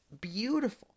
beautiful